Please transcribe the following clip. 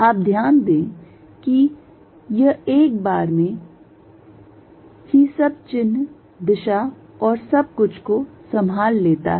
आप ध्यान दें कि यह एक बार में ही सब चिन्ह दिशा और सब कुछ को संभाल लेता है